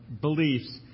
beliefs